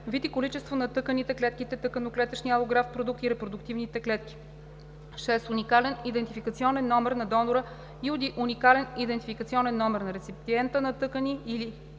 вид и количество на тъканите/клетките/тъканно-клетъчните алографт продукти/репродуктивните клетки; 6. уникален идентификационен номер на донора и уникален идентификационен номер на реципиента на тъкани и клетки;